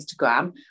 Instagram